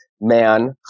man